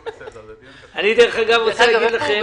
דרך אגב, אני רוצה להגיד לכם